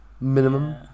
Minimum